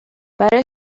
برای